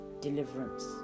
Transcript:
deliverance